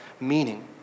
meaning